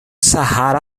sahara